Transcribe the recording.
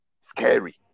scary